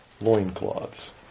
loincloths